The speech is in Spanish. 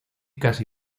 casi